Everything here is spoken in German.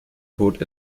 tod